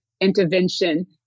intervention